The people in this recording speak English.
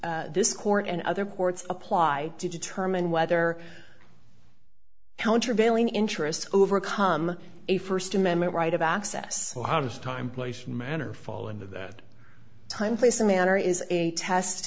that this court and other courts apply to determine whether countervailing interest overcome a first amendment right of access so how does time place manner fall into that time place and manner is a test